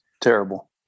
terrible